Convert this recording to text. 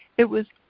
it was,